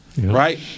right